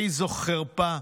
איזו חרפה.